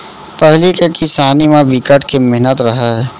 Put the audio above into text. पहिली के किसानी म बिकट के मेहनत रहय